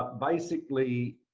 basically